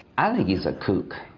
i think he's a kook.